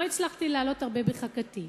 לא הצלחתי להעלות הרבה בחכתי.